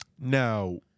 Now